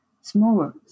smaller